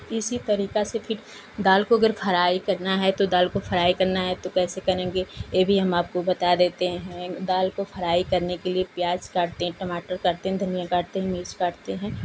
इसी तरीका से फिर दाल को अगर फ्राई करना है तो दाल को फ्राई करना है तो कैसे करेंगे ये भी हम आपको बता देते हैं दाल को फ्राई करने के लिए प्याज काटते हैं टमाटर काटते हैं धनियाँ काटते हैं मिर्च काटते हैं